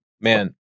man